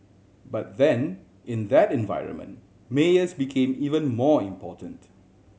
but then in that environment mayors became even more important